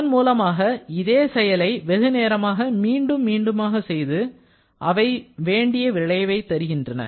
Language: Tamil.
இதன் மூலமாக இதே செயலை வெகுநேரமாக மீண்டும் மீண்டுமாக செய்து அவை வேண்டிய விளைவை தருகின்றன